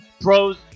Pros